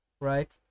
Right